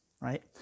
right